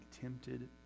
tempted